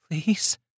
please